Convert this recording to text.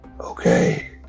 okay